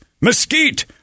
Mesquite